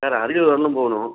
sir Ariyalur வரையிலும் போகணும்